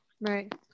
right